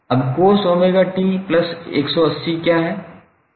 अब cos𝜔𝑡180 क्या है